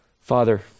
Father